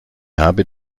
habe